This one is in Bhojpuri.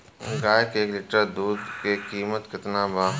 गाए के एक लीटर दूध के कीमत केतना बा?